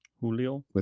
Julio